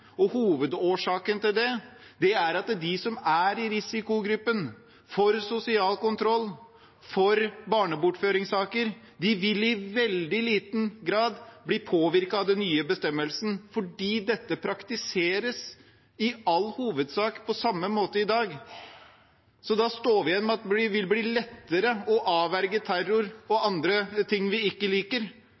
Og hovedårsaken til det er at de som er i risikogruppen for sosial kontroll, for barnebortføringssaker, i veldig liten grad vil bli påvirket av den nye bestemmelsen – fordi dette i all hovedsak praktiseres på samme måte i dag. Så da står vi igjen med at det vil bli lettere å avverge terror og andre ting vi ikke liker,